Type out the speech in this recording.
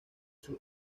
sus